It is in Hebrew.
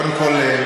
קודם כול,